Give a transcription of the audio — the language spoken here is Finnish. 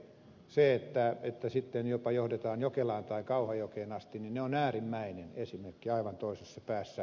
kun tämä sitten johdetaan jopa jokelaan tai kauhajokeen asti niin ne ovat äärimmäisiä esimerkkejä aivan toisessa päässä